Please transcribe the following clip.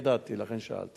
אני ידעתי, לכן שאלתי.